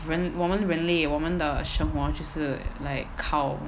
when 我们人类我们的生活只是 like cow